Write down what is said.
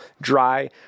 dry